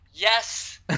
Yes